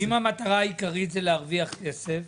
אם המטרה העיקרית זה להרוויח כסף